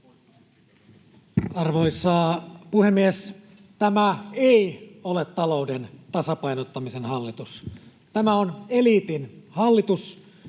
Arvoisa puhemies! Tämä ei ole talouden tasapainottamisen hallitus, tämä on eliitin hallitus,